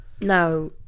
now